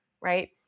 right